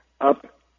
up